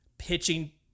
pitching